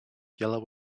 yellow